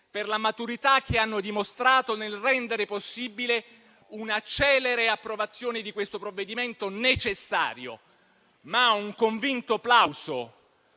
per la maturità che hanno dimostrato nel rendere possibile una celere approvazione di questo provvedimento necessario. Rivolgo un convinto plauso